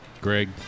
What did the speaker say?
Greg